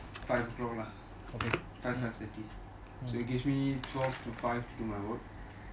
five o'clock lah five five thirty so it gives me twelve to five to do my work